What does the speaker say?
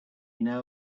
know